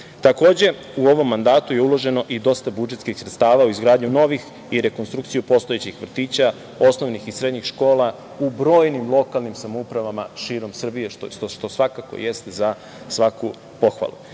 drugi. Takođe, u ovom mandatu je uloženo dosta budžetskih sredstava u izgradnju novih i rekonstrukciju postojećih vrtića, osnovnih i srednjih škola u brojnim lokalnim samoupravama širom Srbije, što svakako jeste za svaku pohvalu. Da